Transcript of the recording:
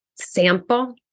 sample